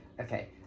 Okay